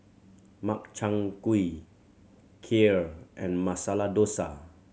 Makchang Gui Kheer and Masala Dosa